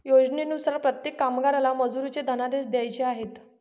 योजनेनुसार प्रत्येक कामगाराला मजुरीचे धनादेश द्यायचे आहेत